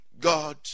God